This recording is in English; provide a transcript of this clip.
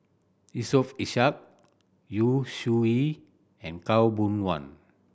Yusof Ishak Yu Zhuye and Khaw Boon Wan